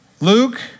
Luke